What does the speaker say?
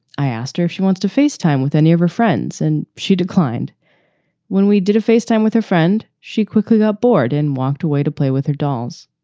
i asked her if she wants to face time with any of her friends, and she declined when we did a face time with her friend. she quickly got bored and walked away to play with her dolls.